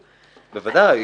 בוודאי.